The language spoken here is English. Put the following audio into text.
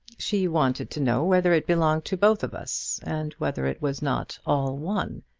she wanted to know whether it belonged to both of us, and whether it was not all one.